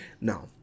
now